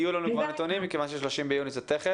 יהיו לנו את הנתונים וה-30 ביוני קרוב.